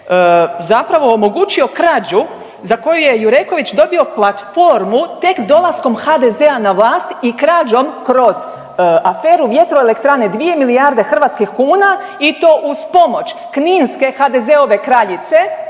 zapravo omogućio krađu za koju je Jureković dobio platformu tek dolaskom HDZ-a na vlast i krađom kroz aferu Vjetroelektrane, 2 milijarde hrvatskih kuna i to uz pomoć kninske HDZ-ove kraljice